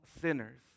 sinners